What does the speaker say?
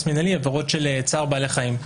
מינהלי היא עבירה של צער בעלי חיים,